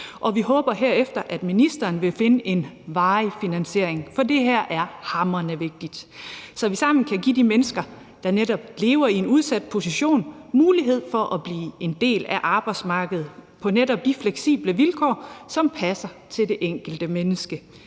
vi håber, at ministeren herefter vil finde en varig finansiering – for det her er hamrende vigtigt – så vi sammen kan give de mennesker, der netop lever i en udsat position, mulighed for at blive en del af arbejdsmarkedet på netop de fleksible vilkår, som passer til det enkelte menneske.